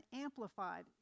amplified